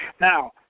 Now